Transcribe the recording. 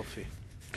יופי.